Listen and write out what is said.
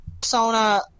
Persona